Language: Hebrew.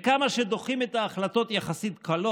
כמה שדוחים את ההחלטות הקלות-יחסית,